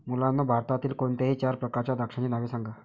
मुलांनो भारतातील कोणत्याही चार प्रकारच्या द्राक्षांची नावे सांगा